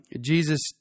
Jesus